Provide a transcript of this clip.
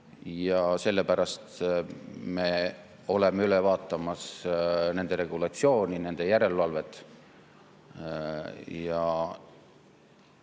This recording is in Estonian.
Ja sellepärast me oleme üle vaatamas nende regulatsiooni ja järelevalvet.